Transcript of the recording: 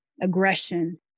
Aggression